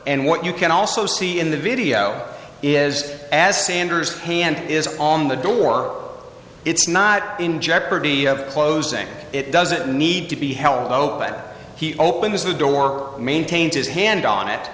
and what you can also see in the video is as sander's hand is on the door it's not in jeopardy of closing it doesn't need to be held open he opens the door maintains his hand on it